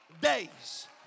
days